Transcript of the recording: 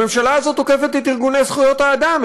הממשלה הזאת תוקפת את ארגוני זכויות האדם,